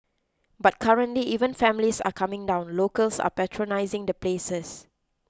but currently even families are coming down locals are patronising the places